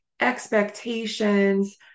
Expectations